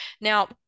now